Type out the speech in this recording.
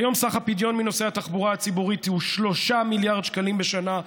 כיום סך הפדיון מנוסעי התחבורה הציבורית הוא 3 מיליארד שקלים בשנה,